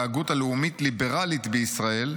להגות הלאומית-ליברלית בישראל,